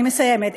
אני מסיימת.